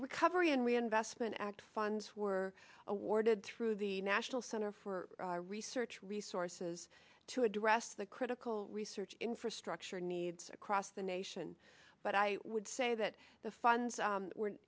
recovery and reinvestment act funds were awarded through the national center for research resources to address the critical research infrastructure needs across the nation but i would say that the funds